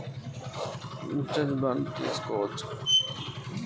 Insurance bond మీద loan తీస్కొవచ్చా?